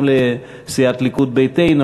גם לסיעת הליכוד ביתנו,